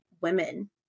women